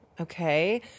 okay